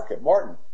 Martin